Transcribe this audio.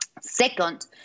Second